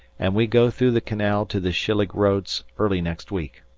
and we go through the canal to the schillig roads early next week.